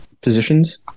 positions